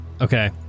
Okay